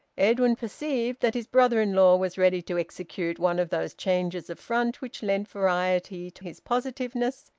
edwin perceived that his brother-in-law was ready to execute one of those changes of front which lent variety to his positiveness,